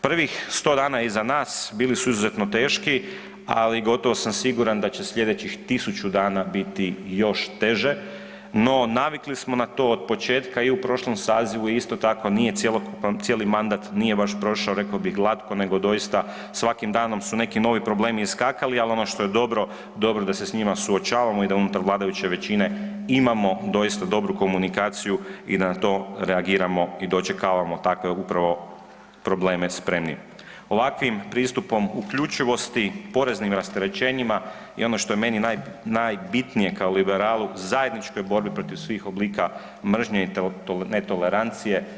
Prvih 100 dana je iza nas, bili su izuzetno teški, ali gotovo sam siguran da će slijedećih 1000 dana biti još teže, no navikli smo na to otpočetka i u prošlom sazivu isto tako nije cjelokupno cijeli mandat nije baš prošao rekao bih glatko nego doista svakim danom su neki novi problemi iskakali, ali ono što je dobro, dobro da se s njima suočavamo i da unutar vladajuće većine imamo doista dobru komunikaciju i da na to reagiramo i dočekavamo takve upravo probleme spremni, ovakvim pristupom uključivosti, poreznim rasterećenjima i ono što je meni naj, najbitnije kao liberalu, zajedničkoj borbi protiv svih oblika mržnje i netolerancije.